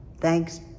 Thanks